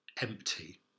empty